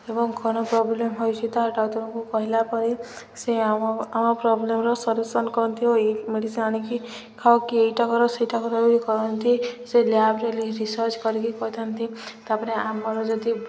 ଏବଂ କ'ଣ ପ୍ରୋବ୍ଲେମ୍ ହୋଇଛିି ତ ଡକ୍ତରଙ୍କୁ କହିଲା ପରେ ସେ ଆମ ଆମ ପ୍ରୋବ୍ଲେମ୍ର ସଲ୍ୟୁସନ୍ କରନ୍ତି ଓ ଏଇ ମେଡ଼ିସିନ ଆଣିକି ଖାଉ କି ଏଇଟା କର ସେଇଟା କରି କରନ୍ତି ସେ ଲ୍ୟାବ୍ରେ ରିସର୍ଚ୍ଚ କରିକି କହିଥାନ୍ତି ତା'ପରେ ଆମର ଯଦି